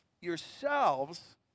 yourselves